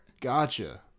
Gotcha